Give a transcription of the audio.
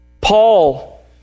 Paul